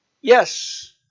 Yes